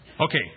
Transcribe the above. Okay